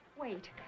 Wait